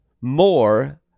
more